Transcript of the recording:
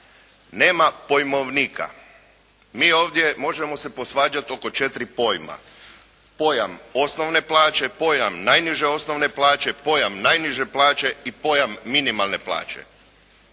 nema pojmovnika. Mi ovdje možemo se posvađati oko četiri pojma, pojam osnovne plaće, pojam najniže osnovne plaće, pojam najniže plaće i pojam minimalne plaće.